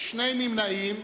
ושני נמנעים.